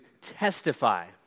testify